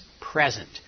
present